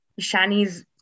Shani's